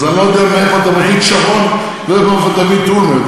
אז אני לא יודע מאיפה אתה מביא את שרון ומאיפה אתה מביא את אולמרט.